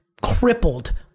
crippled